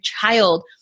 child